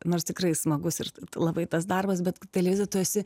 nors tikrai smagus ir labai tas darbas bet televizijoj tu esi